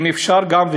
אם אפשר גם,